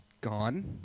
gone